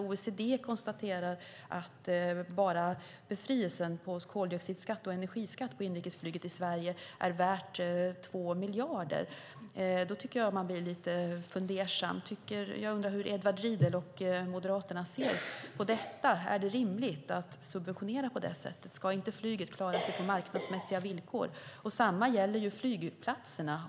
OECD konstaterar att bara befrielsen från koldioxidskatt och energiskatt på inrikesflyget i Sverige är värd 2 miljarder. Jag tycker att man blir lite fundersam när man hör det. Jag undrar hur Edward Riedl och Moderaterna ser på det. Är det rimligt att subventionera på det sättet? Ska inte flyget klara sig på marknadsmässiga villkor? Samma sak gäller ju flygplatserna.